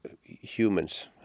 humans